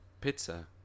Pizza